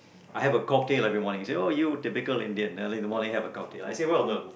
I have a cocktail every morning they say oh you typical Indian well hey good morning have a cocktail